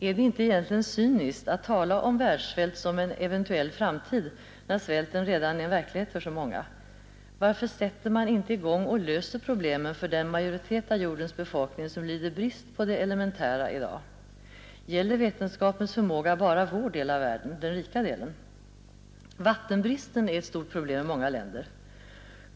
Är det inte cyniskt att tala om världssvält som en eventuell framtid, när svälten redan är en verklighet för så många? Varför sätter man inte i gång och löser problemen för den majoritet av jordens befolkning som lider brist på det elementära i dag? Gäller vetenskapens förmåga bara vår del av världen, den rika delen? Vattenbristen är ett stort problem i många länder.